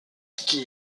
tite